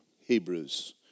Hebrews